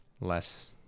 less